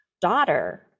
daughter